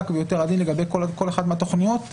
ויותר עדין לגבי כול אחת מהתכניות האלה,